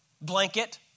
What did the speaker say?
blanket